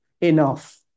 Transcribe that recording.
enough